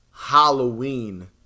Halloween